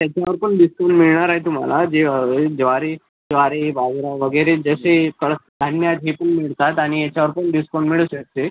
त्याच्यावर पण डिस्काऊंट मिळणार आहे तुम्हाला जे ज्वारी ज्वारी बाजरा वगैरे जसे कडक धान्य आहेत हे पण मिळतात आणि याच्यावर पण डिस्काऊंट मिळू शकते